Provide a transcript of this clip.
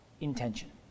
intention